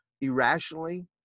irrationally